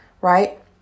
Right